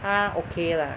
他 okay lah